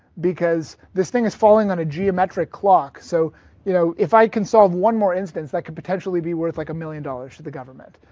because this thing is falling on a geometric clock. so you know if i can solve one more instance that could potentially be worth like a million dollars to the government.